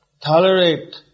tolerate